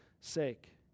sake